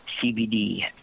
CBD